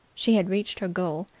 she had reached her goal,